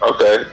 Okay